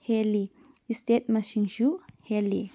ꯍꯦꯜꯂꯤ ꯏꯁꯇꯦꯠ ꯃꯁꯤꯡꯁꯨ ꯍꯦꯜꯂꯤ